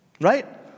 Right